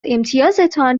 امتیازتان